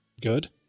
good